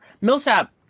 Millsap